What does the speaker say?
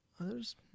Others